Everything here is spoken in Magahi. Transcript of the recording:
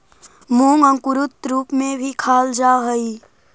मूंग अंकुरित रूप में भी खाल जा हइ